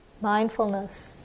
mindfulness